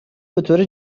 بطور